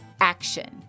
action